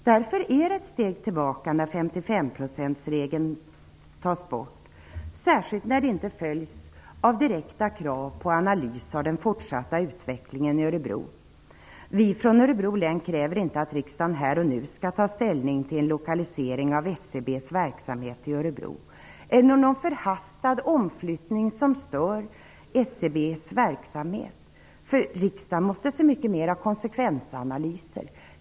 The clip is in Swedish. Därför är det ett steg tillbaka när 55-procentsregeln tas bort, särskilt när detta inte följs av direkta krav på någon analys av den fortsatta utvecklingen i Örebro. Vi från Örebro län kräver inte att riksdagen här och nu skall ta ställning till en lokalisering av SCB:s verksamhet till Örebro eller någon förhastad omflyttning som stör SCB:s verksamhet. Riksdagen måste se mycket mer konsekvensanalyser.